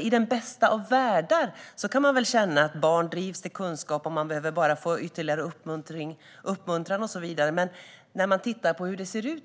I den bästa av världar kan vi säkert känna att barn drivs till kunskap och bara behöver få ytterligare uppmuntran och så vidare, men när man tittar på